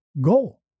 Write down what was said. goal